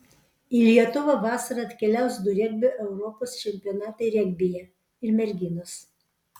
į lietuvą vasarą atkeliaus du regbio europos čempionatai regbyje ir merginos